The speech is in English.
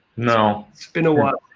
no. it's been a while.